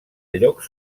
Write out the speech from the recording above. llocs